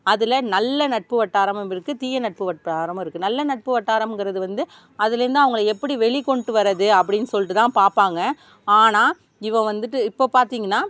அதில் நல்ல நட்பு வட்டாரமும் இருக்குது தீய நட்பு வட்டாரமும் இருக்குது நல்ல நட்பு வட்டாரம்ங்கிறது வந்து அதுலேருந்து அவங்க எப்படி வெளி கொண்டு வரது அப்படின்னு சொல்லிட்டு தான் பார்ப்பாங்க ஆனால் இவ வந்துட்டு இப்போ பார்த்திங்கன்னா